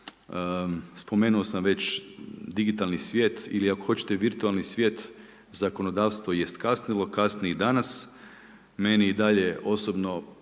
Spomenuo sam već digitalni svijet ili ako hoćete virtualni svijet zakonodavstvo jest kasnilo, kasni i danas, meni i dalje osobno